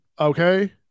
Okay